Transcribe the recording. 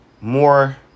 more